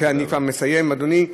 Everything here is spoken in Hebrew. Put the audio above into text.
אני כבר מסיים, אדוני.